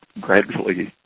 gradually